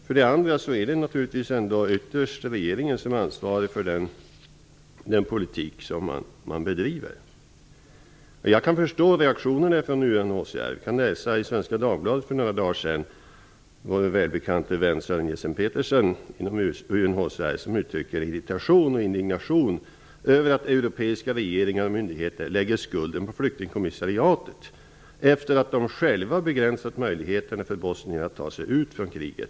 För det andra är det naturligtvis ändå ytterst regeringen som är ansvarig för den politik som den driver. Jag kan förstå reaktionerna från UNHCR. För några dagar sedan kunde vi läsa i Svenska Petersen från UNHCR. Han uttrycker irritation och indignation över att europeiska regeringar och myndigheter lägger skulden på flyktingkommissarietet, efter att de själva har begränsat möjligheterna för bosnierna att ta sig ut från kriget.